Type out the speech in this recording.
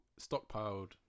stockpiled